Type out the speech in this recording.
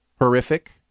horrific